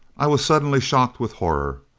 i was suddenly shocked with horror.